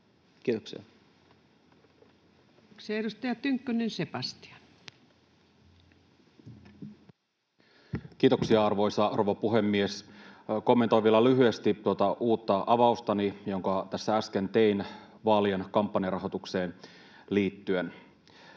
Kiitoksia. — Edustaja Tynkkynen, Sebastian. Kiitoksia, arvoisa rouva puhemies! Kommentoin vielä lyhyesti tuota uutta avaustani, jonka äsken tein vaalien kampanjarahoitukseen liittyen.